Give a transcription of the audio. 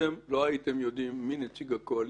למרות שהמצב לא פשוט בדרום וחלק מהעם יושב במקלטים וכו'